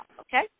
Okay